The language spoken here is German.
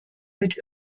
mit